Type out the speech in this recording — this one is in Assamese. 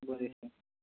বুজিছোঁ